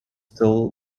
still